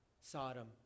Sodom